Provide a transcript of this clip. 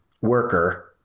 worker